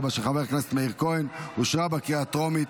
2024,